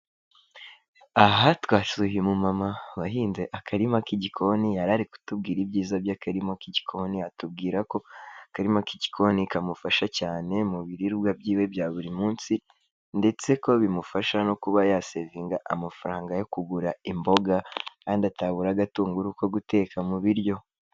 Aha twasuye umumama wahinze akarima k'igikoni, yari ari kutubwira ibyiza by'akarima k'igikoni, atubwira ko akarima k'igikoni kamufasha cyane mu biribwa byiwe bya buri munsi, ndetse ko bimufasha no kuba yasevinga amafaranga yo kugura imboga, kandi atabura agatunguru ko guteka mu biryo.